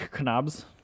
knobs